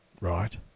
right